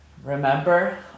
Remember